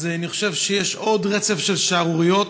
אני חושב שיש עוד רצף של שערוריות,